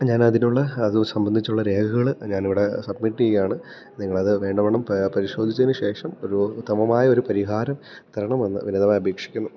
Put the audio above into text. ഞാനതിനുള്ള അത് സംബന്ധിച്ചുള്ള രേഖകൾ ഞാനിവിടെ സബ്മിറ്റ് ചെയ്യുകയാണ് നിങ്ങളത് വേണ്ട വണ്ണം പരിശോധിച്ചതിനു ശേഷം ഒരു ഉത്തമമായ ഒരു പരിഹാരം തരണമെന്ന് വിനീതമായി അപേക്ഷിക്കുന്നു